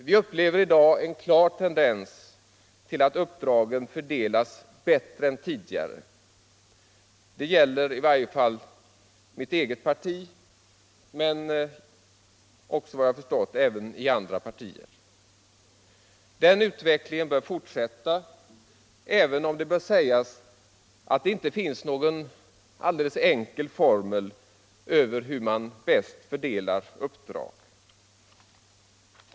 Vi upplever i dag en klar tendens till att uppdragen fördelas bättre än tidigare. Detta gäller i varje fall mitt eget parti men också efter vad jag förstått andra partier. Den utvecklingen bör fortsätta, även om det bör sägas att det inte finns någon enkel formel för hur man bäst fördelar uppdrag.